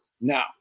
Now